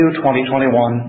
2021